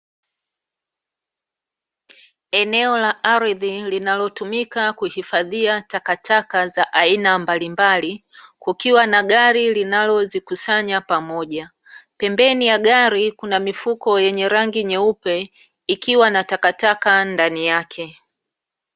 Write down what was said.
Eneo la ardhi linalotumika kuhifadhia takataka za aina mbalimbali kukiwa na gari linalozikusanya pamoja pembeni ya gari kuna mifuko yenye rangi nyeupe ikiwa na takataka ndani yake.